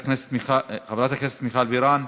חברת הכנסת מיכל בירן,